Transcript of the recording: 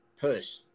push